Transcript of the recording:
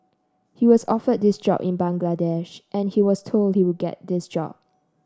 he was offered this job in Bangladesh and he was told he would get this job